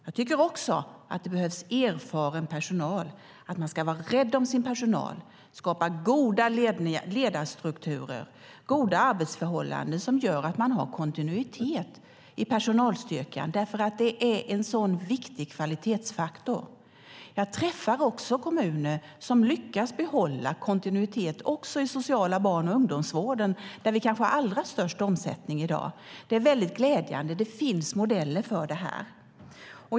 Jag tycker också att det behövs erfaren personal och att man ska vara rädd om sin personal samt skapa goda ledarstrukturer och goda arbetsförhållanden som gör att man har kontinuitet i personalstyrkan. Det är nämligen en viktig kvalitetsfaktor. Jag träffar också kommuner som lyckas behålla kontinuitet även i den sociala barn och ungdomsvården, där vi kanske har allra störst omsättning i dag. Det är väldigt glädjande; det finns modeller för detta.